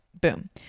Boom